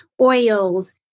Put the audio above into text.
oils